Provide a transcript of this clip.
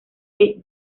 que